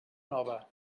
nova